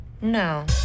No